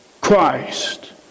Christ